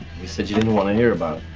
you said you didn't want to hear